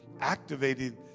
activating